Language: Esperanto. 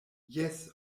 jes